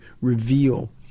reveal